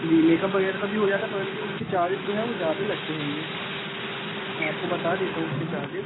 जी makeup वगैरह का भी हो जाता है परंतु उसके चार्जेस जो हैं वह ज़्यादा लगते हैं मैं आपको बता देता हूँ उसके चार्जेस